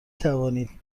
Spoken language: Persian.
توانید